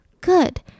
good